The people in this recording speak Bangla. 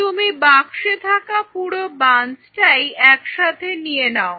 তুমি বাক্সে থাকা পুরো বাঞ্চটাই একসাথে নিয়ে নাও